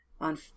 on